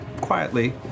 quietly